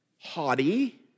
haughty